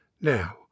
Now